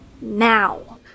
now